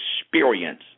experience